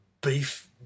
beef